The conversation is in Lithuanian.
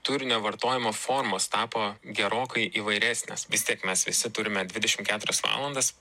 turinio vartojimo formos tapo gerokai įvairesnės vis tiek mes visi turime dvidešimt keturias valandas